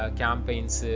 campaigns